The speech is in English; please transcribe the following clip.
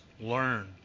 learn